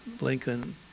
Lincoln